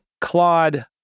Claude